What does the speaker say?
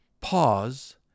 pause